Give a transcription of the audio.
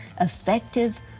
effective